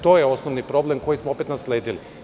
To je osnovni problem koji smo opet nasledili.